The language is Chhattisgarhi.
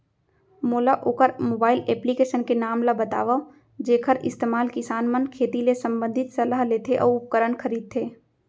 मोला वोकर मोबाईल एप्लीकेशन के नाम ल बतावव जेखर इस्तेमाल किसान मन खेती ले संबंधित सलाह लेथे अऊ उपकरण खरीदथे?